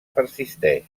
persisteix